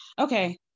okay